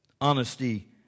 Honesty